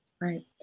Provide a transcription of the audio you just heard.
Right